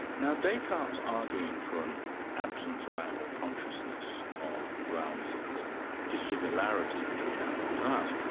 now descartes' arguing for an absence of animal consciousness on grounds of the dissimilarity between animals and us.